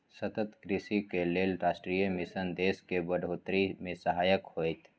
सतत कृषिक लेल राष्ट्रीय मिशन देशक बढ़ोतरी मे सहायक होएत